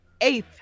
eighth